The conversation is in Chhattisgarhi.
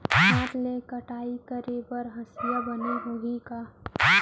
हाथ ले कटाई करे बर हसिया बने होही का?